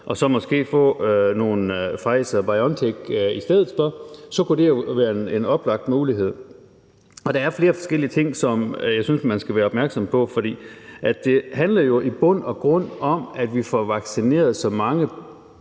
og så måske få nogle Pfizer-BioNTech i stedet for, så kunne det jo være en oplagt mulighed. Der er flere forskellige ting, som jeg synes man skal være opmærksom på, fordi det jo i bund og grund handler om, at vi får vaccineret så mange